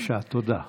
בבקשה, תודה.